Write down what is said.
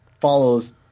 follows